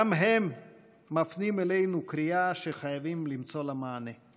גם הם מפנים אלינו קריאה שחייבים למצוא לה מענה.